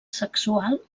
sexual